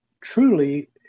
truly